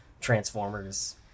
transformers